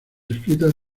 escritas